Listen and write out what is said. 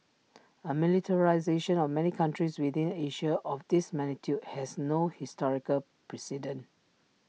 A militarisation of many countries within Asia of this magnitude has no historical precedent